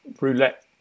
roulette